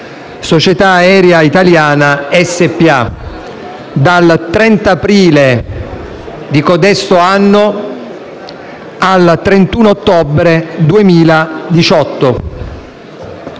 Società Aerea Italiana SpA dal 30 aprile di codesto anno al 31 ottobre 2018.